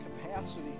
capacity